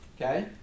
okay